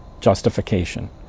justification